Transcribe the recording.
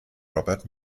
robert